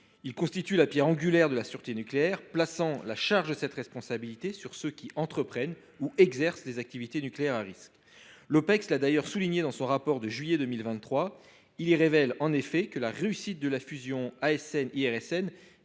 Il constitue la pierre angulaire de la sûreté nucléaire, plaçant la charge de cette responsabilité sur ceux qui entreprennent ou exercent des activités nucléaires à risques. L’Opecst l’a d’ailleurs souligné dans son rapport de juillet 2023. Il y relève en effet que la réussite de la fusion entre